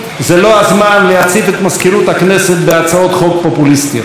זה לא הזמן להציף את מזכירות הכנסת בהצעות חוק פופוליסטיות.